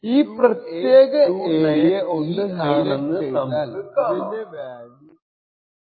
ഈ പ്രത്യേക ഏരിയ ഒന്ന് ഹൈലൈറ്റ് ചെയ്താൽ ഇതിന്റെ വാല്യൂ 0x2829E ആണെന്ന് നമുക്ക് കാണാം